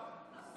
מגוון.